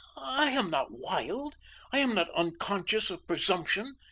i am not wild i am not unconscious of presumption.